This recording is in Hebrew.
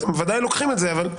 ואתם בוודאי לוקחים בחשבון,